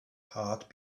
heart